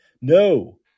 No